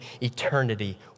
eternity